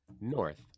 north